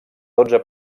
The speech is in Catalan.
dotze